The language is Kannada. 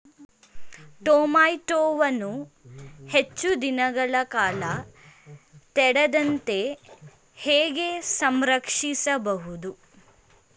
ಟೋಮ್ಯಾಟೋವನ್ನು ಹೆಚ್ಚು ದಿನಗಳ ಕಾಲ ಕೆಡದಂತೆ ಹೇಗೆ ಸಂರಕ್ಷಿಸಬಹುದು?